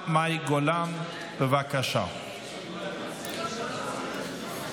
זה אומר שעשיתי משהו טוב בחיים.